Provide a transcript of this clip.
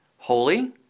Holy